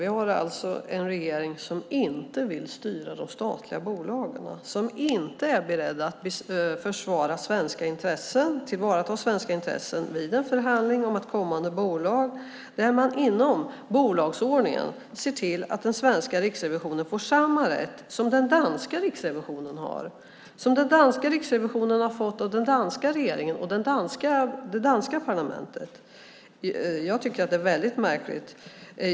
Vi har alltså en regering som inte vill styra de statliga bolagen, som inte är beredd att försvara och tillvarata svenska intressen vid en förhandling om ett kommande bolag, där man inom bolagsordningen ser till att den svenska riksrevisionen får samma rättigheter som den danska riksrevisionen har fått av danska regeringen och det danska parlamentet. Det är väldigt märkligt.